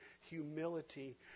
humility